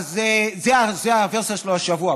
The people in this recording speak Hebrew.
אז זו הוורסיה שלו השבוע.